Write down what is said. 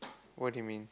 what do you mean